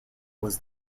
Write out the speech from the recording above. was